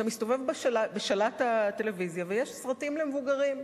אתה מסתובב בשלט הטלוויזיה ויש סרטים למבוגרים,